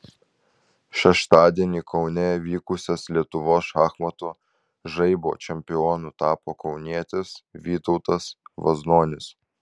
šeštadienį kaune vykusias lietuvos šachmatų žaibo čempionu tapo kaunietis vytautas vaznonis